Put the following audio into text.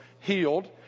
healed